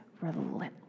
relentless